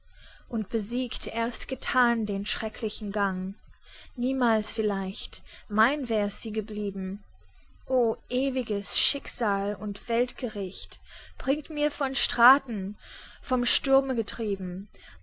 und besiegt erst gethan den schrecklichen gang niemals vielleicht mein wär sie geblieben o ewiges schicksal und weltgericht bringt mir van straten vom sturme getrieben